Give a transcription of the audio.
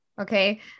okay